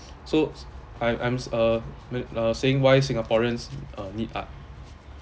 so I'm I'm uh saying why singaporeans uh need art